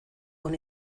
con